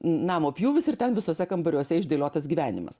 namo pjūvis ir ten visuose kambariuose išdėliotas gyvenimas